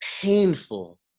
painful